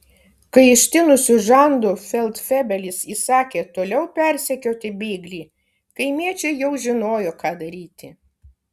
kai ištinusiu žandu feldfebelis įsakė toliau persekioti bėglį kaimiečiai jau žinojo ką daryti